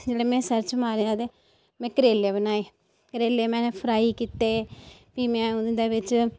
जिसलै मैं सर्च मारेआ ते मैं करेले बनाए करेले मैं फ्राई कीते फ्ही मैं उं'दे बिच्च